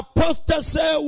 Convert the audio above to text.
Apostasy